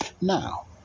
Now